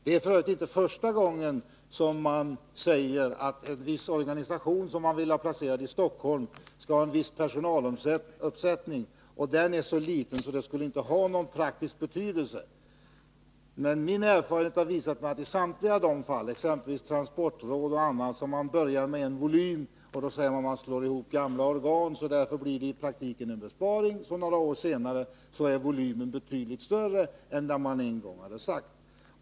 Det är f. ö. inte första gången som man säger att en viss organisation som man vill ha placerad i Stockholm skall ha en så liten personaluppsättning att den inte skulle ha någon praktisk betydelse för en utlokalisering. Erfarenheten har visat att i samtliga de fall, som exempelvis beträffande transportrådet, där man börjat med en viss volym och sagt sig ämna slå ihop gamla organ så att det i praktiken skulle bli en besparing, har det några år senare visat sig att volymen blivit betydligt större än den man en gång talat om.